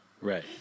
Right